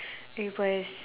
it was